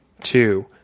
two